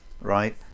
right